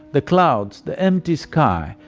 the clouds, the empty sky,